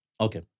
Okay